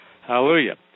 Hallelujah